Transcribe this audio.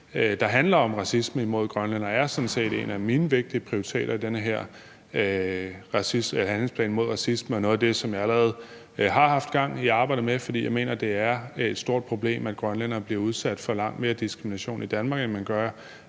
der handler om racisme imod grønlændere, er sådan set en af mine vigtige prioriteter i den her handlingsplan mod racisme og noget af det, som jeg allerede har haft gang i og arbejder med, fordi jeg mener, det er et stort problem, at grønlændere bliver udsat for langt mere diskrimination i Danmark, end man gør,